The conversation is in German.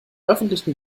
öffentlichen